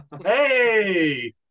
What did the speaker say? Hey